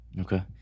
Okay